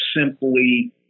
simply